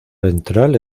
ventral